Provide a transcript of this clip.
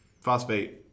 Phosphate